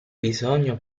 bisogno